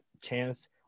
chance